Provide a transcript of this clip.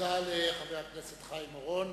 תודה לחבר הכנסת חיים אורון.